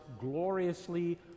gloriously